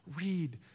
Read